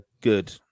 good